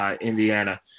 Indiana